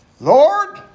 Lord